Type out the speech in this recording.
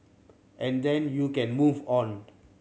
and then you can move on